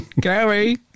Gary